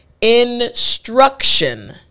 instruction